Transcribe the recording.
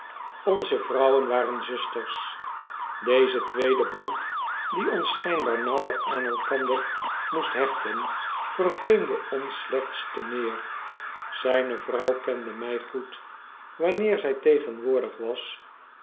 onze vrouwen waren zusters deze tweede band die ons schynbaar nauwer aan elkander moest hechten vervreemdde ons slecbts te meer zijne vrouw kende mij goed wanneer zy tegenwoordig was